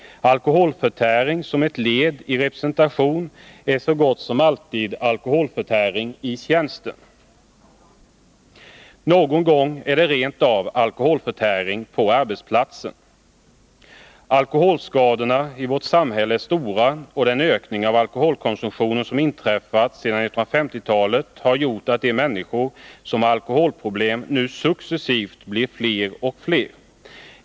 Alkoholförtäring som ett led i representation är så gott som alltid alkoholförtäring i tjänsten; någon gång är det rent av alkoholförtäring på arbetsplatsen. Alkoholskadorna i vårt samhälle är stora, och den ökning av alkoholkonsumtionen som inträffat sedan 1950-talet har gjort att de människor som har alkoholproblem nu successivt blir fler och fler.